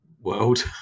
world